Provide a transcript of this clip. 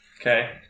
Okay